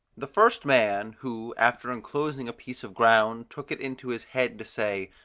the first man, who, after enclosing a piece of ground, took it into his head to say,